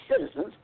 citizens